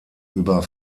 über